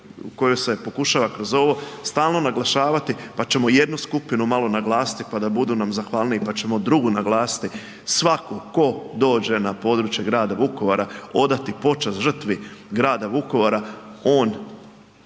kojoj se pokušava kroz ovo stalno naglašavati pa ćemo jednu skupinu malo naglasiti pa da budu nam zahvalniji pa ćemo drugu naglasiti, svaku ko dođe na područje grada Vukovara odati počast žrtvi grada Vukovara on